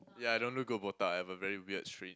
yeah I don't look good in botak I have a very weird strange